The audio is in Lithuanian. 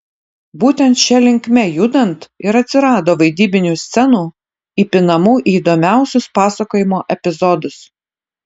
būtent šia linkme judant ir atsirado vaidybinių scenų įpinamų į įdomiausius pasakojimo epizodus